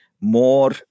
more